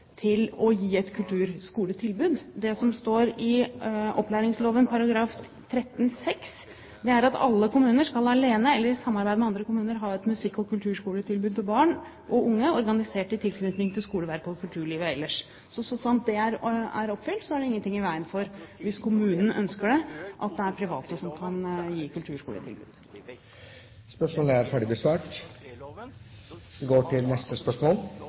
å gi et kulturskoletilbud. Det som står i opplæringsloven § 13-6, er at alle kommuner alene eller i samarbeid med andre kommuner skal ha et musikk- og kulturskoletilbud til barn og unge, organisert i tilknytning til skoleverket og kulturlivet ellers. Så sant det er oppfylt, er det ingenting i veien for – hvis kommunen ønsker det – at private kan gi kulturskoletilbud. Stortinget går da tilbake til spørsmål 2. «På E39 ved Flekkefjord har seks mennesker blitt trafikkdrept på ti år, jf. spørsmål